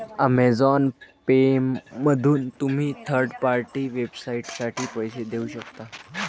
Amazon पेमधून तुम्ही third party वेबसाइटसाठी पैसे देऊ शकता